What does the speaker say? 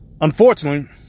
unfortunately